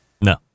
No